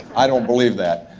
i don't believe that.